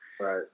right